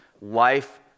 life